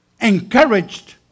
encouraged